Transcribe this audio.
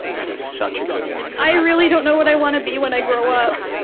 that is such a good one. i really don't know what i want to be when i grow up.